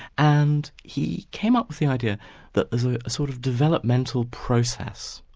and he came up with the idea that as a sort of developmental process,